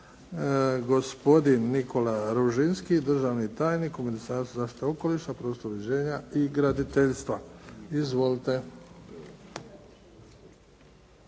Gospodin Nikola Ružinski, državni tajnik u Ministarstvu zaštite okoliša, prostornog uređenja i graditeljstva. Izvolite.